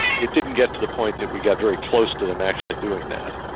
it didn't get to the point that we got very close to them actually doing that.